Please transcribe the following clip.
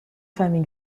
femme